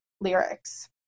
lyrics